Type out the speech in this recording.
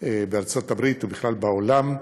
בארצות-הברית ובכלל בעולם,